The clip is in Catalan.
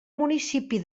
municipi